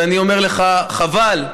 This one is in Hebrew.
ואני אומר לך, חבל,